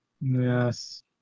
Yes